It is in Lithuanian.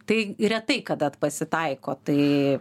tai retai kada pasitaiko tai